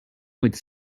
with